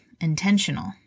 intentional